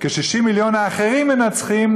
כש-60 המיליון האחרים מנצחים,